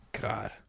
God